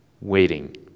waiting